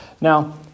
Now